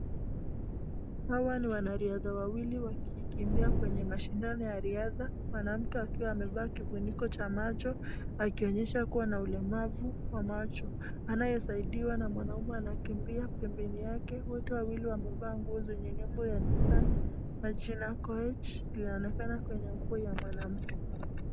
Hawa ni wanariadha wawili wakikimbia kwenye mashindano ya riadha, mwanamke akiwa amevaa kifuniko cha macho akionyesha kuwa na ulemavu wa macho, anayesaidiwa na mwanaume anakimbia pembeni mwake, wote wawili wamevaa nguo zenye nembo ya Nissan na jina Koech inaonekana kwenye nguo ya mwanamke.